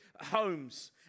homes